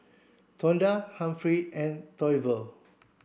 Tonda Humphrey and Toivo